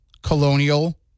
Colonial